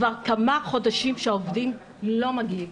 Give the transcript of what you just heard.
כבר כמה חודשים שהעובדים לא מגיעים.